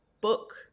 book